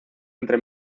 entre